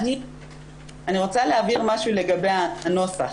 אני רוצה להבהיר משהו לגבי הנוסח.